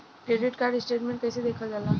Credit card statement कइसे देखल जाला?